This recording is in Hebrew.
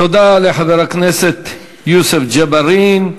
תודה לחבר הכנסת יוסף ג'בארין.